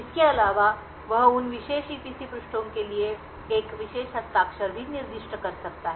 इसके अलावा वह उन विशेष ईपीसी पृष्ठों के लिए एक विशेष हस्ताक्षर भी निर्दिष्ट कर सकता है